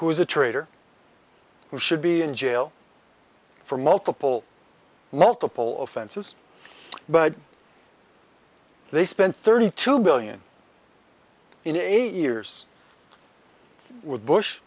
who is a traitor who should be in jail for multiple multiple of fences but they spent thirty two billion in eight years with bush